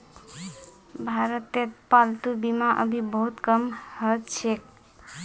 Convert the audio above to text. भारतत पालतू बीमा अभी बहुत कम ह छेक